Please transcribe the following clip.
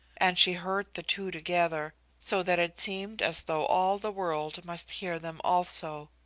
and she heard the two together, so that it seemed as though all the world must hear them also,